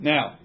Now